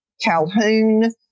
Calhoun